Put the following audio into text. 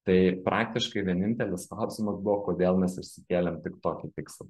tai praktiškai vienintelis klausimas buvo kodėl mes išsikėlėm tik tokį tikslą